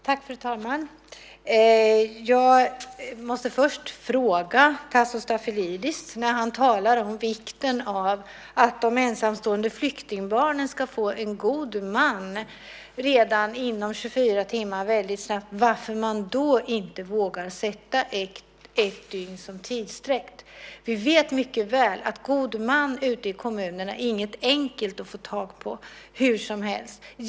Fru talman! Jag måste först ställa en fråga till Tasso Stafilidis. När han talar om vikten av att de ensamkommande flyktingbarnen ska få en god man redan inom 24 timmar, väldigt snabbt, varför vågar man då inte sätta ett dygn som tidsfrist? Vi vet mycket väl att god man inte är enkelt att få tag på hur som helst ute i kommunerna.